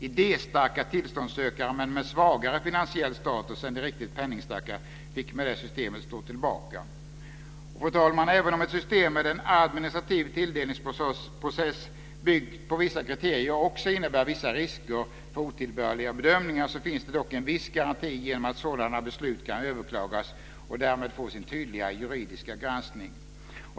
Idéstarka tillståndssökare, men med svagare finansiell status än de riktigt penningstarka, fick med det systemet stå tillbaka. Även om ett system med en administrativ tilldelningsprocess byggt på vissa kriterier också innebär vissa risker för otillbörliga bedömningar finns det en viss garanti genom att sådana beslut kan överklagas och därmed få sin tydliga juridiska granskning.